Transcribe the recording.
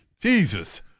Jesus